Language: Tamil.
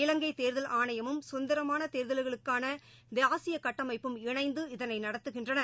இலங்கை தேர்தல் ஆணையமும் குதந்திரமான தேர்தல்களுக்கான ஆசிய கட்டமைப்பும் இணைந்து இதனை நடத்துகின்றன